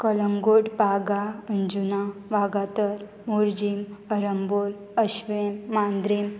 Calangute Baga Anjuna Vagator Morjim Arambol Ashwem Mandrem